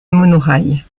monorail